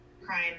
crime